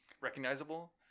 recognizable